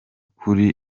kuri